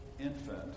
infant